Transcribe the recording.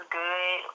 good